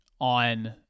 on